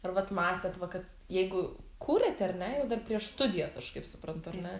ar vat mąstėt kad jeigu kūrėt ar ne jau dar prieš študijas aš kaip suprantu ar ne